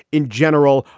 in general,